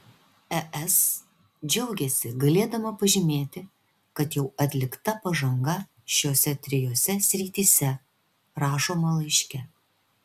es džiaugiasi galėdama pažymėti kad jau atlikta pažanga šiose trijose srityse rašoma laiške